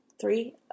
three